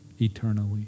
eternally